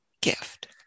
gift